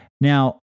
Now